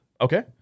Okay